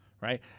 Right